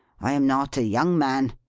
i am not a young man.